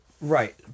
Right